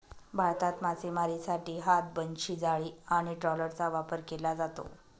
भारतात मासेमारीसाठी हात, बनशी, जाळी आणि ट्रॉलरचा वापर केला जातो